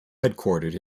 headquartered